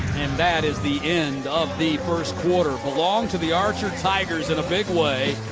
and that is the end of the first quarter. belong to the archer tigers in a big way.